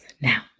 Now